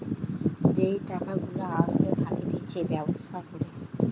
যেই টাকা গুলা আসতে থাকতিছে ব্যবসা করে